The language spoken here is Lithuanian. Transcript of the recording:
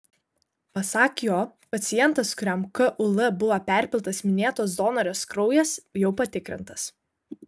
pasak jo pacientas kuriam kul buvo perpiltas minėtos donorės kraujas jau patikrintas